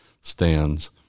stands